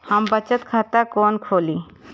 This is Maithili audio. हम बचत खाता कोन खोली?